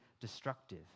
destructive